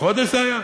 חודש זה היה,